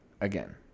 again